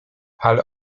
ale